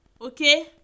Okay